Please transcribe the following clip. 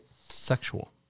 sexual